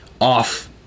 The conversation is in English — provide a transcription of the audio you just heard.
off